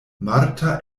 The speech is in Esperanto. marta